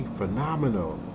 phenomenal